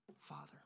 Father